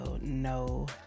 No